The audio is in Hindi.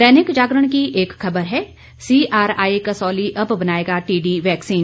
दैनिक जागरण की एक खबर है सीआरआई कसौली अब बनाएगा टीडी वैक्सीन